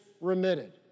remitted